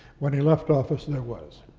when he left office, and there was.